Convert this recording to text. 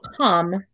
come